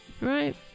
Right